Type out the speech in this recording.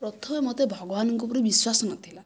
ପ୍ରଥମେ ମୋତେ ଭଗବାନଙ୍କ ଉପରେ ବିଶ୍ଵାସ ନଥିଲା